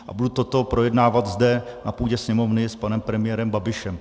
A budu toto projednávat zde na půdě Sněmovny s panem premiérem Babišem.